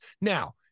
Now